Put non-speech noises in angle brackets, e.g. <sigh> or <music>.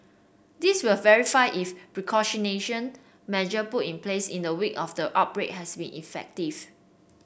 this will verify if <unintelligible> measure put in place in the wake of the outbreak has been effective